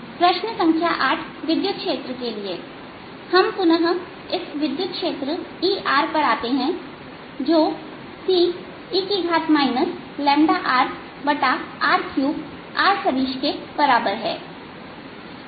प्रश्न संख्या 8 विद्युत क्षेत्र के लिए हम पुनः इस विद्युत क्षेत्र Erपर आते हैं जो ce rr3r सदिश के बराबर है